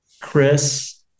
Chris